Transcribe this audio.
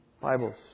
Bibles